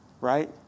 Right